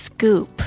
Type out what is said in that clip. Scoop